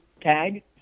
tag